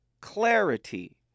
clarity